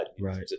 right